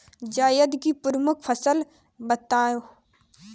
जायद की प्रमुख फसल बताओ